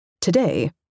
Today